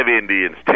Indians